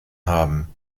haben